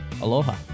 Aloha